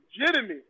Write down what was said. legitimate